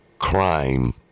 Crime